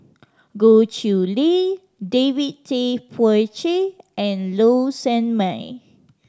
Goh Chiew Lye David Tay Poey Cher and Low Sanmay